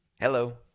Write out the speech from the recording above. Hello